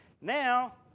Now